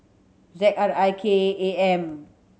Z R I K eight M